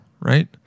right